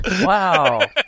Wow